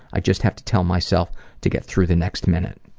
i just have to tell myself to get through the next minute.